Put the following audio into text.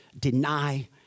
deny